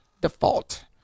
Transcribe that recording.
default